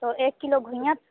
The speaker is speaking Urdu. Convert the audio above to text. تو ایک کلو گھوئیاں